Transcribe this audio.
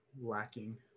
lacking